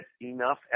enough